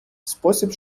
спосіб